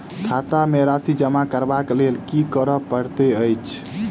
खाता मे राशि जमा करबाक लेल की करै पड़तै अछि?